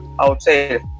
outside